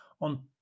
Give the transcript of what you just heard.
on